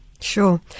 Sure